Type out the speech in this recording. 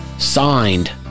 Signed